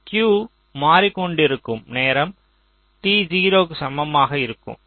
இந்த Q மாறிக்கொண்டிருக்கும் நேரம் t 0 க்கு சமமாக இருக்கும்